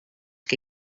que